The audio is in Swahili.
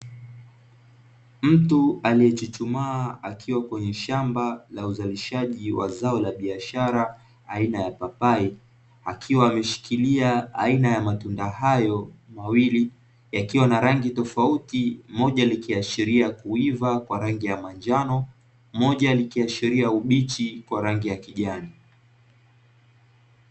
Mtu aliyechuchumaa akiwa kwenye shamba la uzalishaji wa zao la biashara aina ya papai, akiwa ameshikilia aina ya matunda hayo mawili yakiwa na rangi tofauti, moja likiashiria kuiva kwa rangi ya manjano, moja likiashiria ubichi kwa rangi ya kijani.